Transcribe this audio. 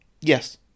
Yes